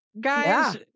guys